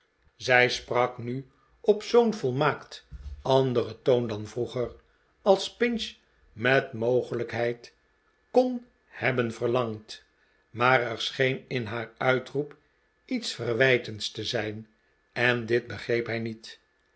zij sprak nu op zoo'n volmaakt anderen toon dan vroeger als pinch met mogelijkheld kon hebben verlangd maar er scheen in haar uitroep iets verwijtends te zijn en dit begreep hij niet